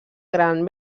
gran